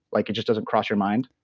like it just doesn't cross your mind.